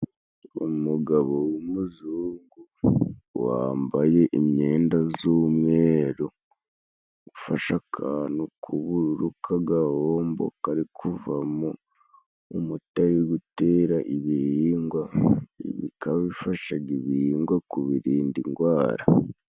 Umugabo w'umuzungu wambaye imyenda z'umweru, ufashe akantu k'ubururu k'agahombo kari kuvamo umuti wo gutera ibihingwa, bikaba bifashaga ibihingwa kubirinda indwara.